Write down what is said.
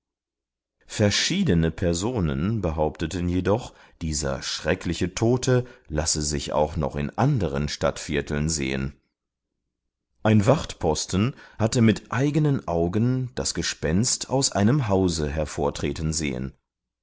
verschiedene personen behaupteten jedoch dieser schreckliche tote lasse sich auch noch in anderen stadtvierteln sehen ein wachtposten hatte mit eigenen augen das gespenst aus einem hause hervortreten sehen